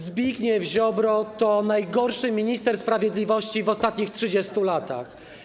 Zbigniew Ziobro to najgorszy minister sprawiedliwości w ostatnich 30 latach.